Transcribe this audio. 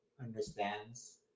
understands